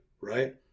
right